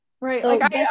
right